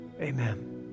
amen